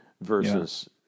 versus